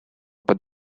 под